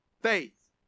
faith